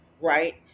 right